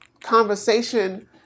conversation